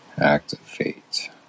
Activate